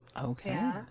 Okay